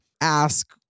ask